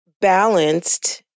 balanced